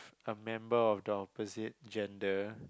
a member of the opposite gender